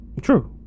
true